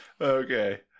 okay